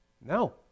No